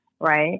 Right